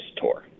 tour